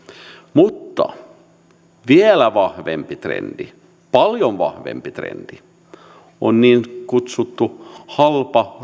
mutta vielä vahvempi trendi paljon vahvempi trendi on niin kutsuttu halpa